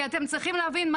כי אתם צריכים להבין,